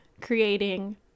creating